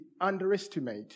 underestimate